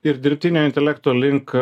ir dirbtinio intelekto link